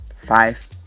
five